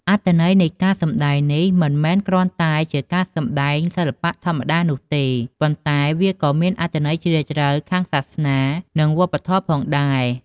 អត្ថន័យនៃការសម្តែងនេះ មិនមែនគ្រាន់តែជាការសម្តែងសិល្បៈធម្មតានោះទេ ប៉ុន្តែវាក៏មានអត្ថន័យជ្រាលជ្រៅខាងសាសនា និងវប្បធម៌ផងដែរ។